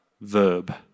verb